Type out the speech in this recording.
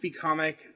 Comic